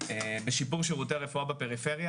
בשיפור שירותי הרפואה בפריפריה,